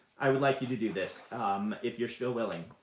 i would like you to do this if you're still willing.